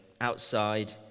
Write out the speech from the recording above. outside